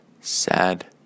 Sad